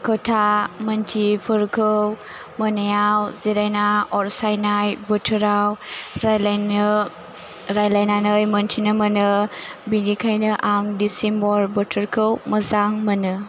खोथा मोनथियैफोरखौ मोनायाव जिरायना अर सायनाइ बोथोराव रायलाइनो रायलाइनानै मोनथिनो मोनो बिनिखायनो आं डिसिम्बर बोथोरखौ मोजां मोनो